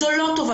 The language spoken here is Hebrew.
זו לא טובתנו.